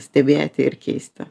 stebėti ir keisti